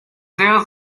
sehr